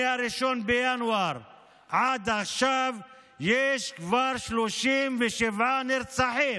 מ-1 בינואר עד עכשיו כבר יש 37 נרצחים,